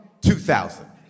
2000